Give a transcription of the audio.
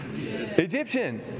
Egyptian